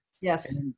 Yes